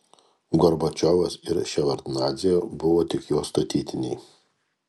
gorbačiovas ir ševardnadzė buvo tik jo statytiniai